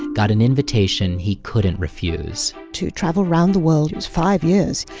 got an invitation he couldn't refuse. to travel round the world. it was five years.